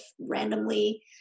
randomly